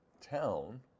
town